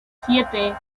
siete